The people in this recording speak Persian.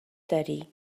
داری